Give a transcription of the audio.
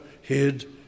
hid